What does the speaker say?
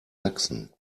sachsen